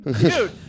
Dude